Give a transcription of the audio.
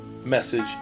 message